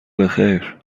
بخیر